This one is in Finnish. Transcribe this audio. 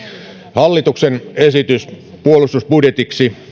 hallituksen esitys puolustusbudjetiksi